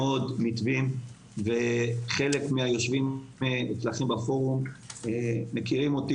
חלק מהיושבים אצלכם בפורום מכירים אותי